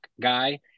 guy